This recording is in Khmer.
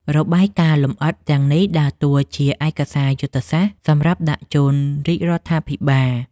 របាយការណ៍លម្អិតទាំងនេះដើរតួជាឯកសារយុទ្ធសាស្ត្រសម្រាប់ដាក់ជូនរាជរដ្ឋាភិបាល។